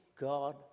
God